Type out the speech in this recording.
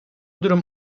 durum